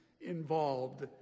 involved